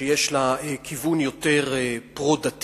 שיש לה כיוון יותר פרו-דתי,